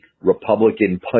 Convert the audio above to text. Republican